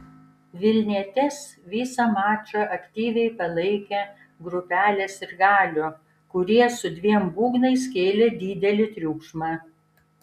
vilnietes visą mačą aktyviai palaikė grupelė sirgalių kurie su dviem būgnais kėlė didelį triukšmą